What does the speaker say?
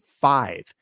five